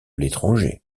l’étranger